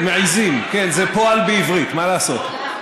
מעיזים, כן, זה פועל בעברית, מה לעשות.